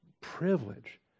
privilege